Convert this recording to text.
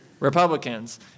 Republicans